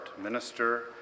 minister